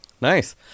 Nice